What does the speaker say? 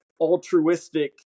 altruistic